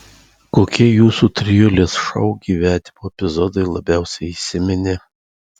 kokie jūsų trijulės šou gyvavimo epizodai labiausiai įsiminė